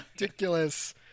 ridiculous